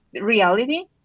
reality